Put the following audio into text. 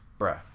bruh